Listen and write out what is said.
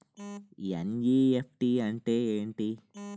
NEFT అంటే ఎంటి?